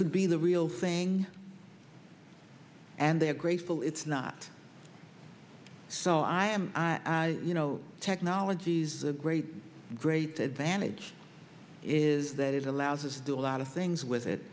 could be the real thing and they're grateful it's not so i am i you know technology's a great great advantage is that it allows us to do a lot of things with it